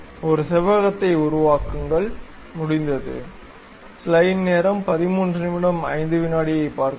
ஒரு செவ்வகத்தை உருவாக்குங்கள் முடிந்தது